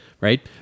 Right